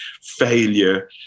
failure